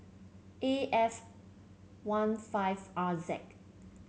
A F one five R Z